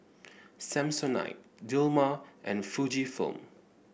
Samsonite Dilmah and Fujifilm